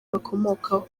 bakomokaho